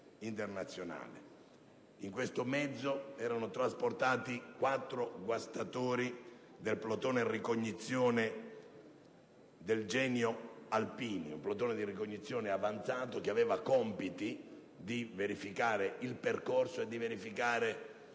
internazionale. In questo mezzo erano trasportati quattro guastatori del plotone ricognizione del Genio alpini, un plotone di ricognizione avanzato che aveva il compito di verificare il percorso e l'esistenza